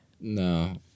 No